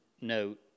note